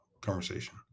conversation